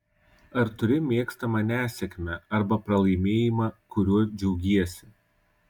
ar turi mėgstamą nesėkmę arba pralaimėjimą kuriuo džiaugiesi